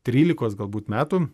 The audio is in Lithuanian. trylikos galbūt metų